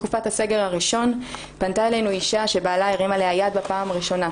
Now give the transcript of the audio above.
בתקופת הסגר הראשון פנתה אלינו אישה שבעלה הרים עליה יד בפעם הראשונה.